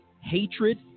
hatred